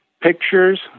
pictures